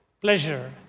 Pleasure